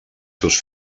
seus